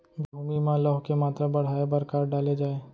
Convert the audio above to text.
भूमि मा लौह के मात्रा बढ़ाये बर का डाले जाये?